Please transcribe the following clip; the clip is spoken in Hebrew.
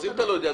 אם אתה לא יודע,